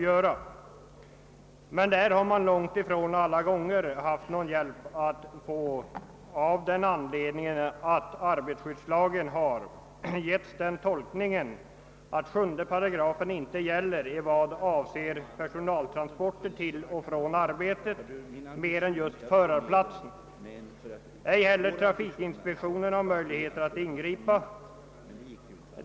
Därifrån har emellertid långt ifrån alltid någon hjälp stått att få, därför att arbetarskyddslagen getts den tolkningen att 7 8 inte gäller beträffande personaltransporter till och från arbetet mer än för förarplatsen. Ej heller trafikinspektionen har möjligheter att ingripa.